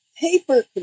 paper